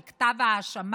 על כתב האישום,